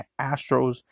Astros